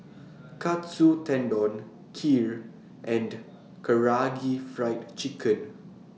Katsu Tendon Kheer and Karaage Fried Chicken